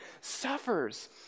suffers